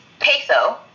Patho